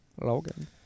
Logan